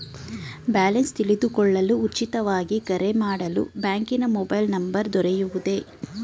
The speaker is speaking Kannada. ಬ್ಯಾಲೆನ್ಸ್ ತಿಳಿದುಕೊಳ್ಳಲು ಉಚಿತವಾಗಿ ಕರೆ ಮಾಡಲು ಬ್ಯಾಂಕಿನ ಮೊಬೈಲ್ ನಂಬರ್ ದೊರೆಯುವುದೇ?